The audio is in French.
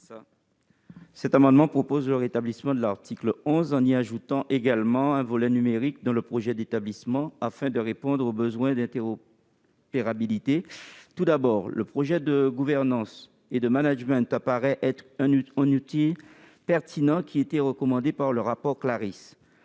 Cet amendement vise à rétablir l'article 11, en ajoutant un volet numérique dans le projet d'établissement afin de répondre aux besoins d'interopérabilité. Tout d'abord, le projet de gouvernance et de management semble un outil pertinent qui était recommandé par le rapport Claris.